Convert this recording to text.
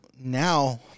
now